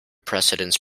precedence